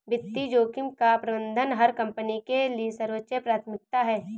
वित्तीय जोखिम का प्रबंधन हर कंपनी के लिए सर्वोच्च प्राथमिकता है